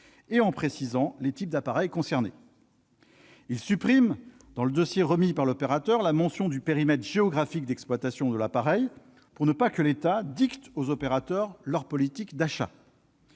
et en précisant les types d'appareils concernés. Il supprime, dans le dossier remis par l'opérateur, la mention du périmètre géographique d'exploitation de l'appareil pour éviter que l'État ne dicte aux opérateurs leur politique d'achat.